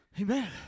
Amen